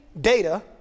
data